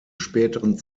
späteren